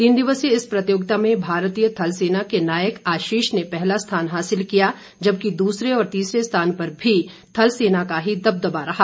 तीन दिवसीय इस प्रतियोगिता में भारतीय थल सेना के नायक आशीष ने पहला स्थान हासिल किया जबकि दूसरे और तीसरे स्थान पर भी थल सेना का ही दबदबा रहा